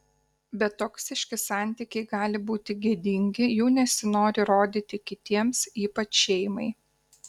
bet toksiški santykiai gali būti gėdingi jų nesinori rodyti kitiems ypač šeimai